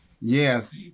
Yes